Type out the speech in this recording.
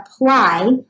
apply